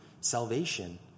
salvation